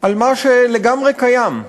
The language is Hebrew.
על מה שלגמרי קיים,